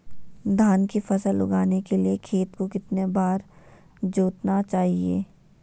धान की फसल उगाने के लिए खेत को कितने बार जोतना चाइए?